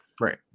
Right